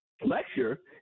lecture